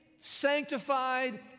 sanctified